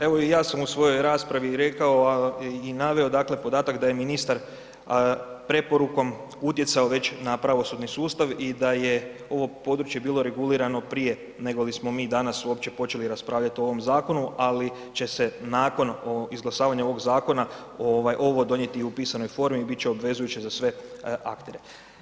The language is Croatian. Evo i ja sam u svojoj raspravi rekao, a i naveo dakle podatak da je ministar preporukom utjecao već na pravosudni sustav i da je ovo područje bilo regulirano prije nego li smo mi danas uopće počeli raspravljati o ovom zakonu, ali će se nakon izglasavanja ovog zakona ovo donijeti i u pisanoj formi i bit će obvezujuće za sve aktere.